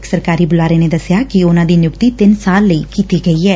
ਇਕ ਸਰਕਾਰੀ ਬੁਲਾਰੇ ਨੇ ਦਸਿਆ ਕਿ ਉਨ੍ਹਾਂ ਦੀ ਨਿਯੁਕਤੀ ਤਿੰਨ ਸਾਲ ਲਈ ਕੀਤੀ ਗਈ ਐ